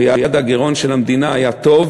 ויעד הגירעון של המדינה היה טוב,